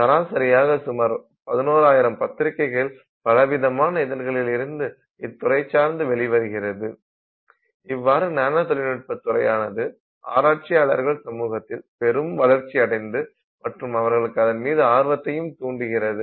சராசரியாக சுமார் 11000 பத்திரிக்கைகள் பலவிதமான இதழ்களிலிருந்து இத்துறை சார்ந்து வெளிவருகிறது இவ்வாறு நானோ தொழில்நுட்ப துறையானது ஆராய்ச்சியாளர்கள் சமூகத்தில் பெரும் வளர்ச்சி அடைந்து மற்றும் அவர்களுக்கு அதன்மீது ஆர்வத்தையும் தூண்டிகிறது